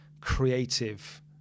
creative